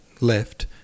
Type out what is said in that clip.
left